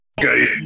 okay